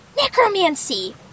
necromancy